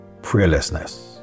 prayerlessness